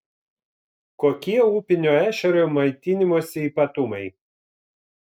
kokie upinio ešerio maitinimosi ypatumai